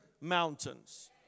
mountains